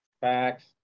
Facts